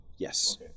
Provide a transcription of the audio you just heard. Yes